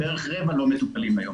לא מטופלים היום.